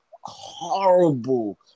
horrible